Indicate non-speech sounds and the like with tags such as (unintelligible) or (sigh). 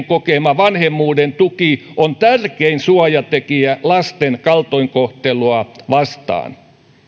(unintelligible) kokema vanhemmuuden tuki on tärkein suojatekijä lasten kaltoinkohtelua vastaan